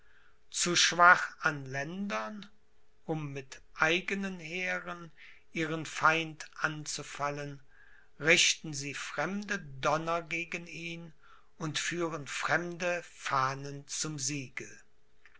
zu schwach an ländern um mit eigenen heeren ihren feind anzufallen richten sie fremde donner gegen ihn und führen fremde fahnen zum siege